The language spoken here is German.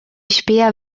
späher